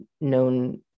known